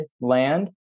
land